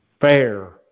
fair